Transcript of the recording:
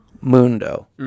Mundo